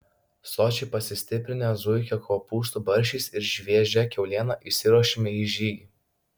sočiai pasistiprinę zuikio kopūstų barščiais ir šviežia kiauliena išsiruošėme į žygį